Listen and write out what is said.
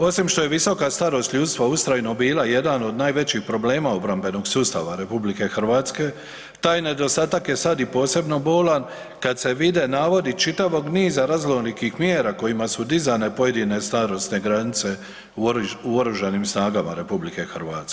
Osim što je visoka starost ljudstva ustrajno bila jedan od najvećih problema obrambenog sustava RH taj nedostatak je sad i posebno bolan kad se vide navodi čitavog niza raznolikih mjera kojima su dizane pojedine starosne granice u Oružanim snagama RH.